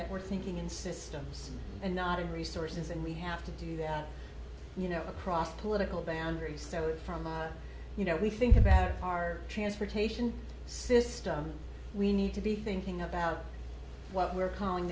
that we're thinking in systems and not in resources and we have to do that you know across political boundaries so from a you know we think about our transportation system we need to be thinking about what we're calling